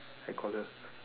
I call her